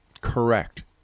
correct